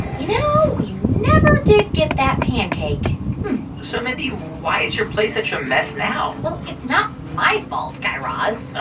you know, we never did get that pancake. hmm so, mindy, why is your place such a mess now? well, it's not my fault, guy raz